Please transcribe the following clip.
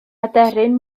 aderyn